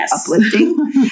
uplifting